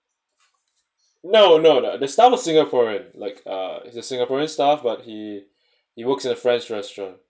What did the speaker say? no no no the staff was singaporean like uh it's a singaporean staff but he he works at a french restaurant